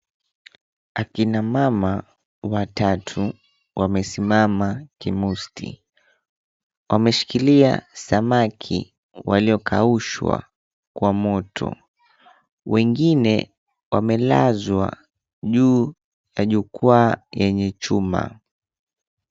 Akina mama watatu wamesimama kimusti wameshikilia samaki waliokaushwa kwa moto. Wengine wamelazwa juu ya jukwaa yenye chuma.